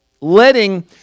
letting